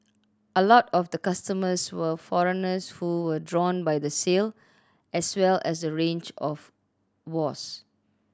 a lot of the customers were foreigners who were drawn by the sale as well as the range of wares